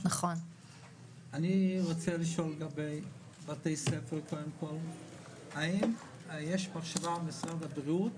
אני רוצה לשאול לגבי בתי ספר האם יש מחשבה במשרד הבריאות,